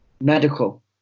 medical